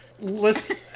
Listen